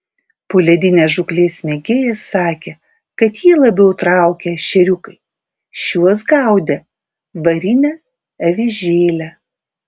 poledinės žūklės mėgėjas sakė kad jį labiau traukia ešeriukai šiuos gaudė varine avižėle